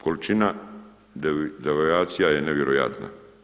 Količina devijacija je nevjerojatna.